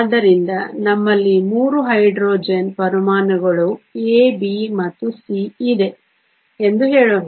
ಆದ್ದರಿಂದ ನಮ್ಮಲ್ಲಿ 3 ಹೈಡ್ರೋಜನ್ ಪರಮಾಣುಗಳು ಎ ಬಿ ಮತ್ತು ಸಿ ಇದೆ ಎಂದು ಹೇಳೋಣ